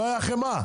לא הייתה חמאה